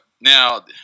now